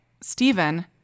Stephen